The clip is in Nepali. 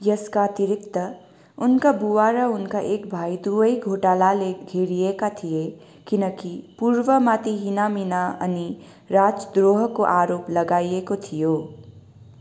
यसका अतिरिक्त उनका बुबा र उनका एक भाइ दुवै घोटालाले घेरिएका थिए किनकि पूर्वमाथि हिनामिना अनि राजद्रोहको आरोप लगाइएको थियो